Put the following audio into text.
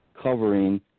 covering